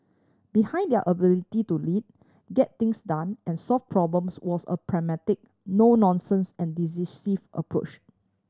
behind their ability to lead get things done and solve problems was a pragmatic no nonsense and decisive approach